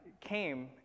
came